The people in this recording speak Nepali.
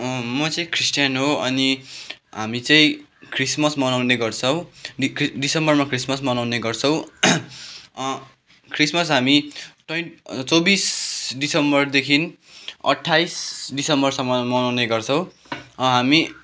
म चाहिँ क्रिस्चियन हो अनि हामी क्रिसमस चाहिँ मनाउने गर्छौँ डिसेम्बरमा क्रिसमस मनाउने गर्छौँ क्रिसमस हामी ट्वेन चौबिस डिसेम्बरदेखि अठाइस डिसेम्बरसम्म मनाउने गर्छौँ हामी